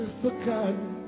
forgotten